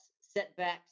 setbacks